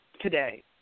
today